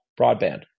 broadband